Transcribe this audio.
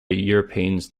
europeans